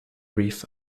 brief